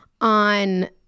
on